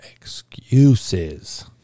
excuses